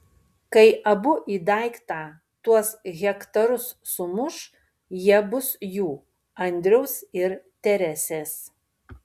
kai abu į daiktą tuos hektarus sumuš jie bus jų andriaus ir teresės